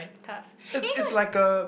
task you know